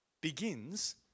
begins